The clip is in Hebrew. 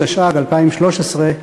התשע"ג 2013,